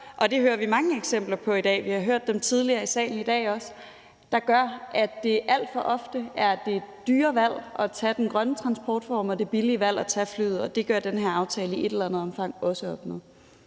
og det hører vi mange eksempler på i dag; vi har også hørt dem tidligere i salen i dag – at det alt for ofte er det dyre valg at tage den grønne transportform og det billige valg at tage flyet, og det gør den her aftale i et eller andet omfang også op med.